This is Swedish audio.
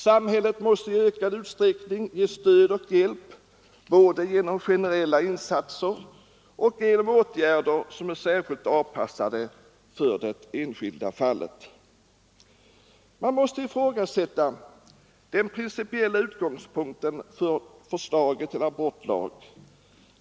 Samhället måste i ökad utsträckning ge stöd och hjälp, både genom generella insatser och genom åtgärder som är särskilt avpassade för det enskilda fallet. Man måste ifrågasätta den principiella utgångspunkten för förslaget till abortlag.